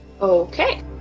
Okay